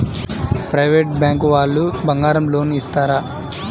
Private bank వాళ్ళు బంగారం loan ఇస్తారా?